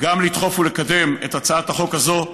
גם לדחוף ולקדם את הצעת החוק הזאת.